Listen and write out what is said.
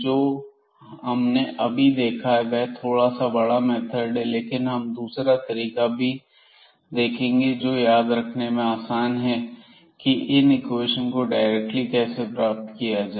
जो हमने अभी देखा वह थोड़ा सा बड़ा मेथड है लेकिन अब हम दूसरा तरीका देखेंगे जो की याद रखने में आसान है की इन इक्वेशन को डायरेक्टली कैसे प्राप्त किया जाए